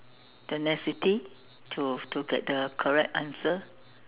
tenacity to to get the correct answer